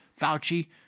Fauci